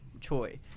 Choi